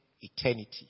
eternity